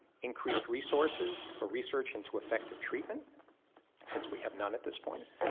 increased resources for research into effective treatment since we have none at this point.